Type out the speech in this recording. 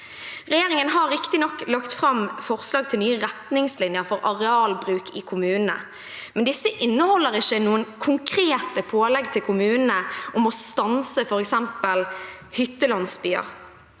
Regjeringen har riktignok lagt fram forslag til nye retningslinjer for arealbruk i kommunene, men disse inneholder ikke noen konkrete pålegg til kommunene om å stanse f.eks. hyttelandsbyer,